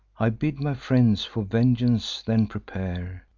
i bid my friends for vengeance then prepare,